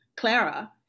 Clara